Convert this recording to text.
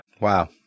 Wow